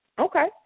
Okay